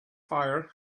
fire